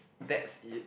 that's it